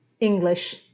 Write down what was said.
English